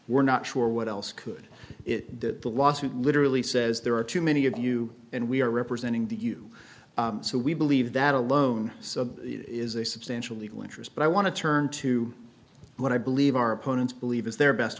we're not sure what else could it be that the lawsuit literally says there are too many of you and we are representing the you so we believe that alone so is a substantial legal interest but i want to turn to what i believe our opponents believe is their best